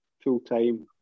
full-time